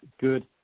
good